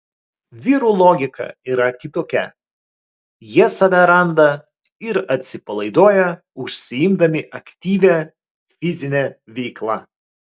vyrų logika yra kitokia jie save randa ir atsipalaiduoja užsiimdami aktyvia fizine veikla